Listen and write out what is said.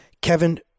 kevin